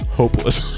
hopeless